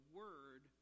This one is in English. word